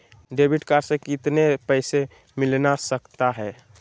Debit card से कितने पैसे मिलना सकता हैं?